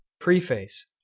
Preface